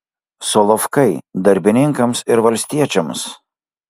solovkai darbininkams ir valstiečiams